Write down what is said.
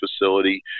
facility